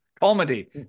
comedy